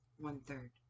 one-third